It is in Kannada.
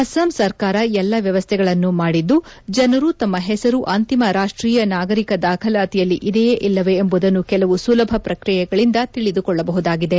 ಅಸ್ಪಾಂ ಸರ್ಕಾರ ಎಲ್ಲ ವ್ಯವಸ್ಥಗಳನ್ನೂ ಮಾಡಿದ್ದು ಜನರು ತಮ್ಮ ಹೆಸರು ಅಂತಿಮ ರಾಷ್ಟೀಯ ನಾಗರಿಕ ದಾಖಲಾತಿಯಲ್ಲಿ ಇದೆಯೋ ಇಲ್ಲವೋ ಎಂಬುದನ್ನು ಕೆಲವು ಸುಲಭ ಪ್ರಕ್ರಿಯೆಗಳಿಂದ ತಿಳಿದುಕೊಳ್ಳಬಹುದಾಗಿದೆ